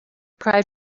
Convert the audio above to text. cried